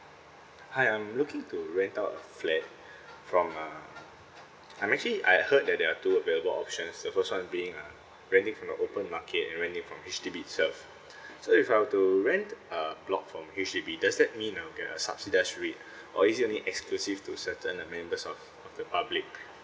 hi I'm looking to rent out a flat from uh I'm actually I heard that there are two available options so first one being a renting from a open market and renting from H_D_B itself so if I were to rent a block from H_D_B does that mean I'll get a subsidised rate or is it only exclusive to certain uh members of of the public